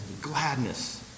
gladness